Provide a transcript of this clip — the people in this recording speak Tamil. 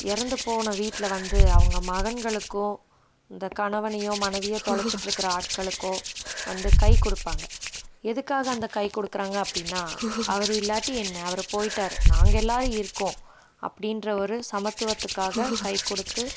இறந்துப் போன வீட்டில் வந்து அவங்க மகன்களுக்கும் இந்த கணவனையோ மனைவியோ தொலைச்சிட்ருக்குற ஆட்களுக்கோ வந்து கைக் கொடுப்பாங்க எதுக்காக அந்த கைக் கொடுக்குறாங்க அப்படின்னா அவர் இல்லாட்டி என்ன அவர் போயிட்டாரு நாங்கள் எல்லோரும் இருக்கோம் அப்படின்ற ஒரு சமத்துவத்துக்காக கைக் கொடுத்து